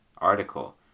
article